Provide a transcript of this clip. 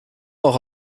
auch